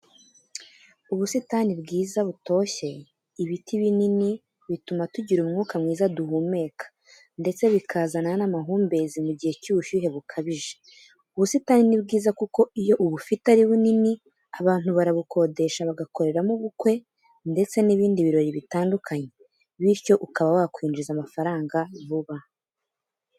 Ubusitani bwiza butoshye, ibiti binini bituma tugira umwuka mwiza duhumeka ndetse bikazana n'amahumbezi mu gihe cy'ubushyuhe bukabije. Ubusitani ni bwiza kuko iyo ubufite ari bunini, abantu barabukodesha bagakoreramo ubukwe, ndetse n'ibindi birori bitandukanye, bityo ukaba wakwinjiza amafaranga vuba.